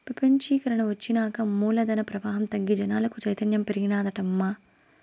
పెపంచీకరన ఒచ్చినాక మూలధన ప్రవాహం తగ్గి జనాలకు చైతన్యం పెరిగినాదటమ్మా